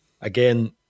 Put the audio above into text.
again